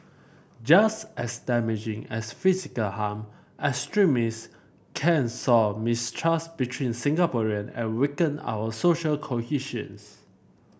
just as damaging as physical harm extremist can sow mistrust between Singaporean and weaken our social cohesions